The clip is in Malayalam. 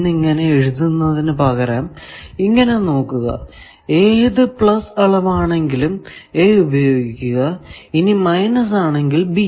എന്നിങ്ങനെ എഴുതുന്നതിനു പകരം ഇങ്ങനെ നോക്കുക ഏതു പ്ലസ് അളവാണെങ്കിലും a ഉപയോഗിക്കുക ഇനി മൈനസ് ആണെങ്കിൽ b